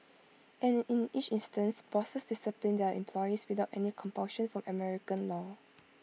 and in each instance bosses disciplined their employees without any compulsion from American law